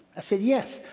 i said, yes,